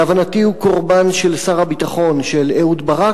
להבנתי הוא קורבן של שר הביטחון, של אהוד ברק.